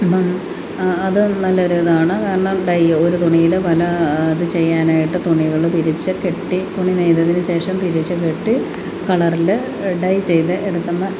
അപ്പം അത് നല്ലൊരു ഇതാണ് കാരണം ഡൈ ഒരു തുണിയിൽ പല ഇത് ചെയ്യാനായിട്ട് തുണികൾ തിരിച്ചു കെട്ടി തുണി നെയ്തതിനു ശേഷം തിരിച്ചു കെട്ടി കളറിൽ ഡൈ ചെയ്ത് എടുക്കുന്നത്